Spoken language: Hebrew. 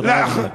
תודה רבה.